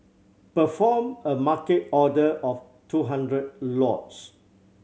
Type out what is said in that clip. perform a Market order of two hundred lots